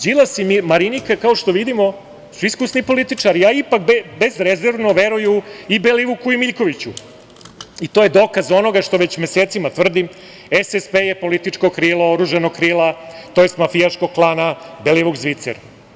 Đilas i Marinika, kao što vidimo, su iskusni političari i ipak bezrezervno veruju i Belivuku i Miljkoviću i to je dokaz onoga što već mesecima tvrdim – SSP je političko krilo oružanog krila, to jest mafijaškog klana Belivuk – Zvicer.